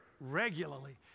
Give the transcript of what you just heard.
regularly